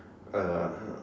uh